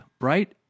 right